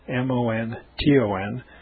M-O-N-T-O-N